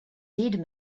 did